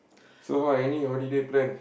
so how any holiday plan